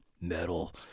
Metal